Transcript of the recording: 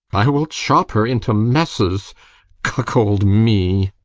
i will chop her into messes cuckold me!